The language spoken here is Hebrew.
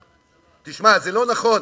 תשמע, זה לא נכון.